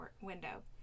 window